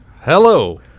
Hello